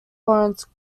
lawrence